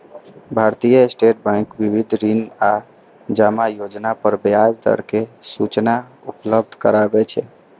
भारतीय State Bank विविध ऋण आ जमा योजना पर ब्याज दर के सूचना उपलब्ध कराबै छै